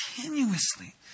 continuously